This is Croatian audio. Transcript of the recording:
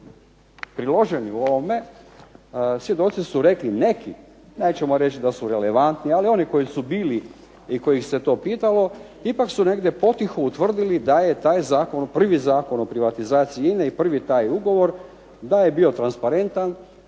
priloženi u ovome svjedoci su rekli neki, nećemo reći da su relevantni, ali oni koji su bili i kojih se to pitalo, ipak su negdje potiho utvrdili da je taj zakon, prvi Zakon o privatizaciji INA-e i prvi taj ugovor da je bio transparentan,